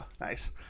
nice